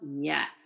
Yes